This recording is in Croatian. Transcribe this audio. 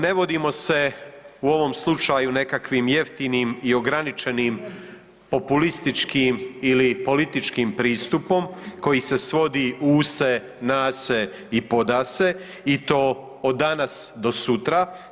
Ne vodimo se u ovom slučaju nekakvim jeftinim i ograničenim populističkim ili političkim pristupom koji se svodi „use, nase i podase“ i to od danas do sutra.